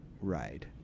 ride